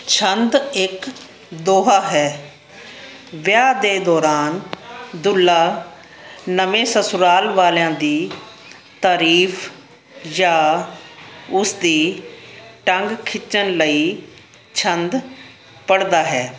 ਛੰਦ ਇੱਕ ਦੋਹਾ ਹੈ ਵਿਆਹ ਦੇ ਦੌਰਾਨ ਦੁਲਹਾ ਨਵੇਂ ਸਸੁਰਾਲ ਵਾਲਿਆਂ ਦੀ ਤਾਰੀਫ਼ ਜਾਂ ਉਸਦੀ ਟੰਗ ਖਿੱਚਣ ਲਈ ਛੰਦ ਪੜ੍ਹਦਾ ਹੈ